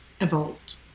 evolved